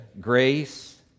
grace